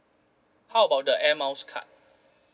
how about the air miles card